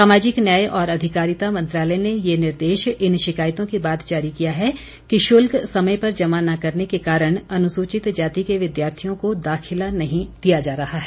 सामाजिक न्याय और अधिकारिता मंत्रालय ने यह निर्देश इन शिकायतों के बाद जारी किया है कि शुल्क समय पर जमा न करने के कारण अनुसूचित जाति के विद्यार्थियों को दाखिला नहीं दिया जा रहा है